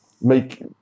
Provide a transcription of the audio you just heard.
make